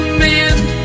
mend